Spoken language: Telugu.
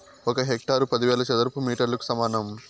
ఒక హెక్టారు పదివేల చదరపు మీటర్లకు సమానం